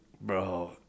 Bro